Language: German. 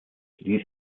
ließ